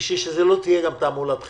שזה לא יהיה תעמולת בחירות,